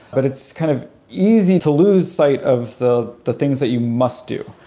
but it's kind of easy to lose sight of the the things that you must do,